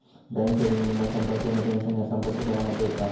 bank ठेवी, वीमो, संपत्ती आणि पेंशन ह्या संपत्ती करामध्ये येता